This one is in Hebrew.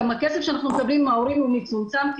גם הכסף שאנחנו אמורים לקבל מההורים הוא מצומצם כי